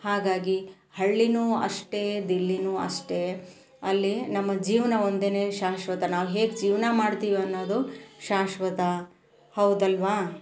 ಹಾಗಾಗಿ ಹಳ್ಳಿನು ಅಷ್ಟೇ ದಿಲ್ಲಿನು ಅಷ್ಟೇ ಅಲ್ಲಿ ನಮ್ಮ ಜೀವನ ಒಂದೇ ಶಾಶ್ವತ ನಾವು ಹೇಗೆ ಜೀವನ ಮಾಡ್ತೀವಿ ಅನ್ನೋದು ಶಾಶ್ವತ ಹೌದಲ್ಲವಾ